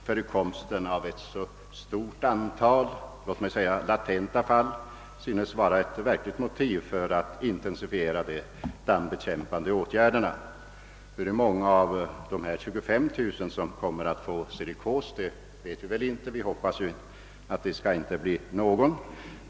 Förekomsten av ett så stort antal låt mig säga latenta fall synes vara ett verkligt motiv för att intensifiera de dammbekämpande åtgärderna. Hur många av dessa 25 000 som kommer att få silikos vet vi inte — vi hoppas naturligtvis att det inte skall bli någon.